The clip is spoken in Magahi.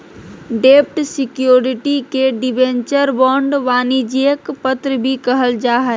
डेब्ट सिक्योरिटी के डिबेंचर, बांड, वाणिज्यिक पत्र भी कहल जा हय